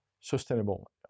sustainable